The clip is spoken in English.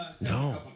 No